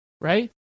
Right